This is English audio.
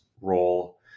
role